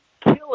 kill